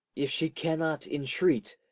if she cannot entreat,